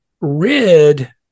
rid